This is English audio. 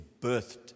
birthed